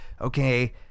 okay